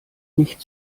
nicht